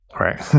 right